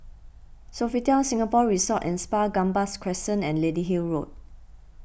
Sofitel Singapore Resort and Spa Gambas Crescent and Lady Hill Road